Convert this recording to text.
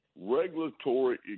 regulatory